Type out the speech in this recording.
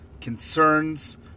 concerns